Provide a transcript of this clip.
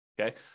okay